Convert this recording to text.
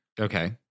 Okay